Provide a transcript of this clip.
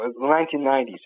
1990s